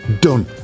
done